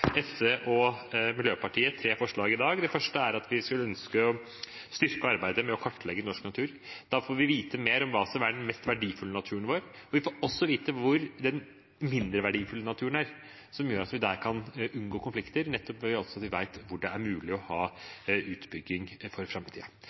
SV og Miljøpartiet De Grønne, tre forslag i dag. Det første er at vi ønsker å styrke arbeidet med å kartlegge norsk natur. Da får vi vite mer om hva som er den mest verdifulle naturen vår, og vi får også vite hvor den mindre verdifulle naturen er, noe som gjør at vi kan unngå konflikter nettopp ved at vi vet hvor det er mulig å ha